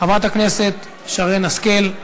חברת הכנסת שרן השכל,